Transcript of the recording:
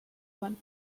one